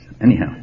Anyhow